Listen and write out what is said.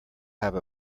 have